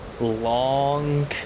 long